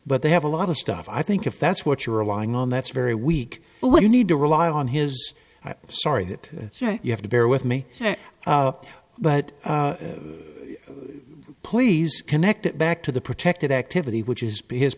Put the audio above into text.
but they have a lot of stuff i think if that's what you're relying on that's very weak but what you need to rely on his story that you have to bear with me but police connect it back to the protected activity